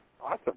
Awesome